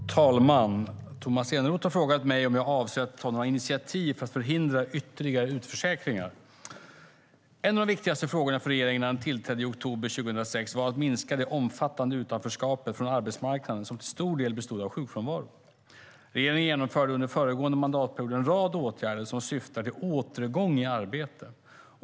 Herr talman! Tomas Eneroth har frågat mig om jag avser att ta några initiativ för att förhindra ytterligare utförsäkringar. En av de viktigaste frågorna för regeringen när den tillträdde i oktober 2006 var att minska det omfattande utanförskapet från arbetsmarknaden, som till stor del bestod av sjukfrånvaro. Regeringen genomförde under föregående mandatperiod en rad åtgärder som syftar till återgång i arbete.